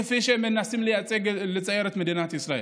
כפי שמנסים לצייר את מדינת ישראל.